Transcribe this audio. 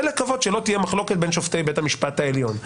לקוות שלא תהיה מחלוקת בין שופטי בית המשפט העליון.